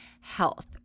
health